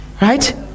right